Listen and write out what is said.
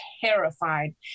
terrified